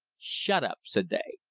shut up! said they.